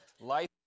life